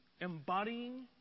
embodying